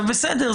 בסדר,